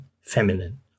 feminine